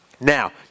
Now